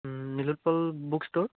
Nilotpal book store